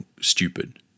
stupid